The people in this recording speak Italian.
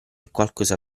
qualcosa